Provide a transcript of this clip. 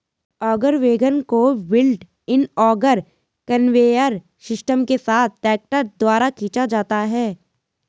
auger wagon को built in auger conveyor system के साथ ट्रैक्टर द्वारा खींचा जाता है